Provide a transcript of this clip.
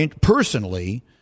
personally